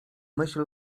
myśl